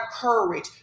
courage